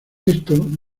esto